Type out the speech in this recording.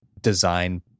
design